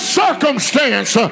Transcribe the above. circumstance